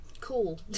cool